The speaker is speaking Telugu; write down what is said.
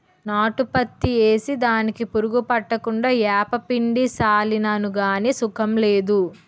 నాటు పత్తి ఏసి దానికి పురుగు పట్టకుండా ఏపపిండి సళ్ళినాను గాని సుకం లేదు